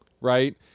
right